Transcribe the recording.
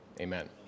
amen